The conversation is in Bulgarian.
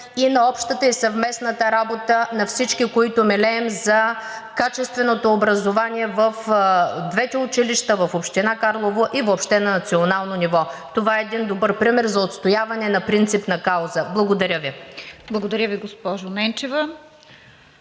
и на общата и съвместната работа на всички, които милеем за качественото образование в двете училища в община Карлово и въобще на национално ниво. Това е един добър пример за отстояване на принципна кауза. Благодаря Ви. ПРЕДСЕДАТЕЛ РОСИЦА КИРОВА: